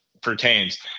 pertains